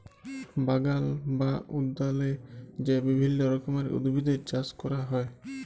বাগাল বা উদ্যালে যে বিভিল্য রকমের উদ্ভিদের চাস ক্যরা হ্যয়